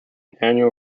annual